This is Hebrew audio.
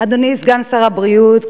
אדוני סגן שר הבריאות,